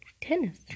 Tennis